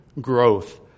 growth